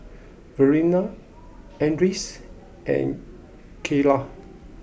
Verena Andres and Kaylah